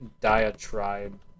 diatribe